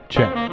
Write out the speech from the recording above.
Check